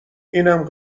اینم